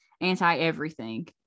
anti-everything